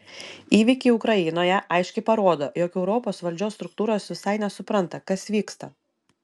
įvykiai ukrainoje aiškiai parodo jog europos valdžios struktūros visai nesupranta kas vyksta